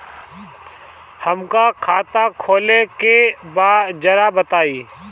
हमका खाता खोले के बा जरा बताई?